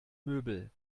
möbel